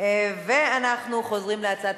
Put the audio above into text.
ואנחנו עוברים לתוצאות: